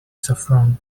saffron